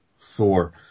Thor